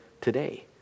today